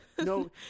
no